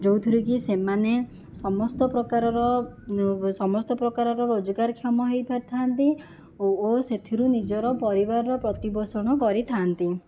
ଯେଉଁଥିରେକି ସେମାନେ ସମସ୍ତ ପ୍ରକାରର ସମସ୍ତ ପ୍ରକାରର ରୋଜଗାରକ୍ଷମ ହୋଇପାରିଥା'ନ୍ତି ଓ ସେଥିରୁ ନିଜର ପରିବାରର ପ୍ରତିପୋଷଣ କରିଥା'ନ୍ତି